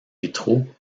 vitraux